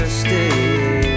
stay